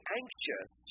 anxious